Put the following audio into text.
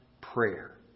prayer